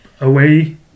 away